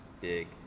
big